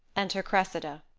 enter cressida